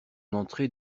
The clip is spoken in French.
entrée